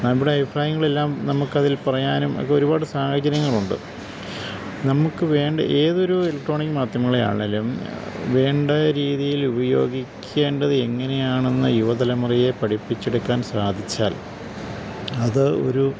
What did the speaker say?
നമ്മുടെ അഭിപ്രായങ്ങളെല്ലാം നമുക്കതിൽ പറയാനും ഒക്കെ ഒരുപാട് സാഹചര്യങ്ങളുണ്ട് നമുക്കു വേണ്ട ഏതൊരു ഇലക്ട്രോണിക് മാധ്യമങ്ങളെ ആണേലും വേണ്ട രീതിയിൽ ഉപയോഗിക്കേണ്ടത് എങ്ങനെയാണെന്നു യുവതലമുറയെ പഠിപ്പിച്ചെടുക്കാൻ സാധിച്ചാൽ അത് ഒരു